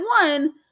one